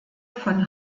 von